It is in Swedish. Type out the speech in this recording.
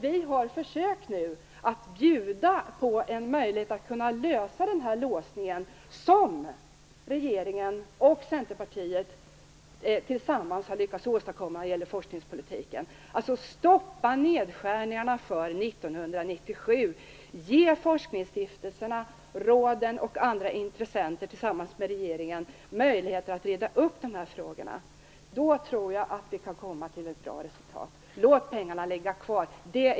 Vi har nu försökt att bjuda på en möjlighet att komma ifrån den låsning som regeringen och Centerpartiet tillsammans har lyckats åstadkomma i forskningspolitiken. Stoppa alltså nedskärningarna för 1997! Ge forskningsstiftelserna, forskningsråden och andra intressenter tillsammans med regeringen möjligheter att reda upp de här frågorna! Då tror jag att vi kan komma till ett bra resultat.